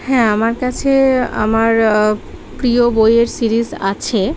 হ্যাঁ আমার কাছে আমার প্রিয় বইয়ের সিরিস আছে